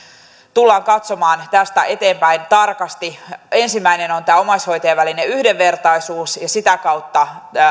tullaan katsomaan tästä eteenpäin tarkasti niin ensimmäinen on tämä omaishoitajien välinen yhdenvertaisuus ja sitä kautta